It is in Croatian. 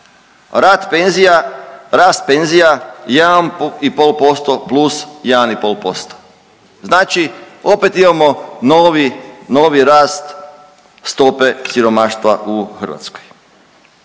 Vlade je 5,7%, rast penzija 1,5%+1,5% znači opet imamo novi rast stope siromaštva u Hrvatskoj.